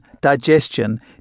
digestion